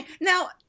Now